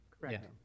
Correct